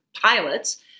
pilots